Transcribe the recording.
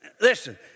listen